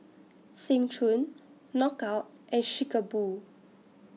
Seng Choon Knockout and Chic A Boo